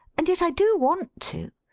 and yet i do want to.